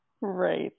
Right